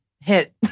hit